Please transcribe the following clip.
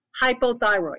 hypothyroid